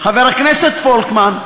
חבר הכנסת פולקמן,